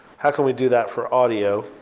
how can we do that for audio?